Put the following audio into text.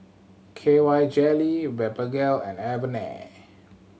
K Y Jelly Blephagel and Avene